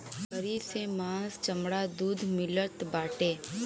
बकरी से मांस चमड़ा दूध मिलत बाटे